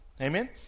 Amen